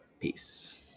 Peace